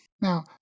Now